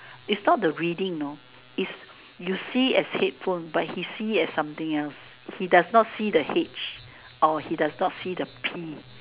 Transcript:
is not the reading you know is you see as headphone but he see as something else he does not see the H or he does not see the P